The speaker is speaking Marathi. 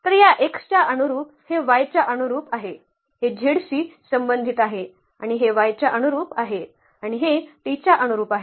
तर या x च्या अनुरुप हे y च्या अनुरुप आहे हे z शी संबंधित आहे आणि हे y च्या अनुरुप आहे आणि हे t च्या अनुरुप आहे